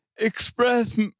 express